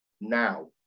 now